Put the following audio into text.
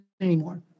anymore